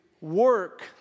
work